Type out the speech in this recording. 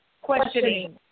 questioning